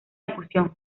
ejecución